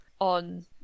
on